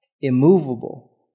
immovable